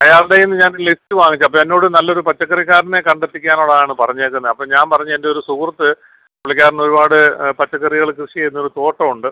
അയാളുടെയിൽനിന്ന് ഞാൻ ലിസ്റ്റ് വാങ്ങിച്ച് അപ്പം എന്നോട് നല്ലൊരു പച്ചക്കറിക്കാരനെ കണ്ടെത്തിക്കാനുള്ളതാണ് പറഞ്ഞേക്കുന്നത് അപ്പം ഞാൻ പറഞ്ഞു എൻ്റെ ഒരു സുഹൃത്ത് പുള്ളിക്കാരൻ ഒരുപാട് പച്ചക്കറികൾ കൃഷി ചെയ്യുന്ന ഒരു തോട്ടമുണ്ട്